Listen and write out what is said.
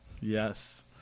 Yes